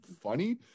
funny